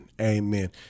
amen